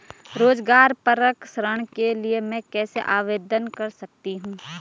रोज़गार परक ऋण के लिए मैं कैसे आवेदन कर सकतीं हूँ?